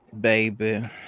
baby